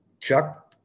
Chuck